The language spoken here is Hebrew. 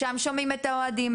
שם שומעים את האוהדים,